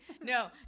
No